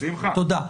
תודה.